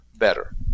better